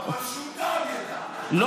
לפי מיטב ידיעתי, שלנו, שלנו, נכון, נכון.